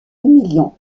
humiliant